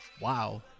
wow